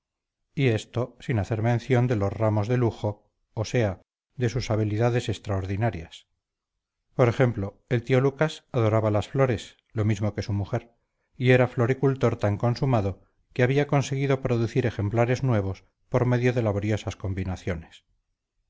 y esto sin hacer mención de los ramos de lujo o sea de sus habilidades extraordinarias por ejemplo el tío lucas adoraba las flores lo mismo que su mujer y era floricultor tan consumado que había conseguido producir ejemplares nuevos por medio de laboriosas combinaciones